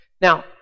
Now